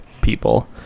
people